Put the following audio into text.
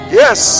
yes